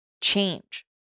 change